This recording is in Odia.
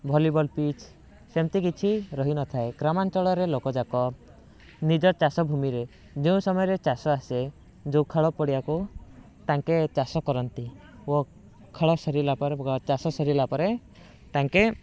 ଭଳିବଲ ପିଚ୍ ସେମିତି କିଛି ରହିନଥାଏ ଗ୍ରାମାଞ୍ଚଳରେ ଲୋକଯାକ ନିଜ ଚାଷ ଭୂମିରେ ଯେଉଁ ସମୟରେ ଚାଷ ଆସେ ଯେଉଁ ଖେଳ ପଡ଼ିଆକୁ ତାଙ୍କେ ଚାଷ କରନ୍ତି ଓ ଖେଳ ସରିଲା ପରେ ଚାଷ ସରିଲା ପରେ ତାଙ୍କେ